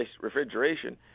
refrigeration